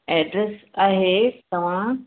address आहे तव्हां